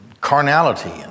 carnality